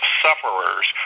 sufferers